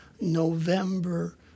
November